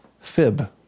Fib